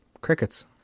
crickets